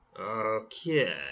okay